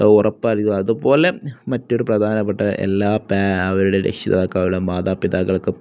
ഉറപ്പായിരിക്കും അതുപോലെ മറ്റൊരു പ്രധാനപ്പെട്ട എല്ലാ അവരുടെ രക്ഷിതാക്കള്ക്കും മാതാപിതാക്കള്ക്കും